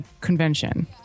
convention